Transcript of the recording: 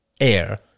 air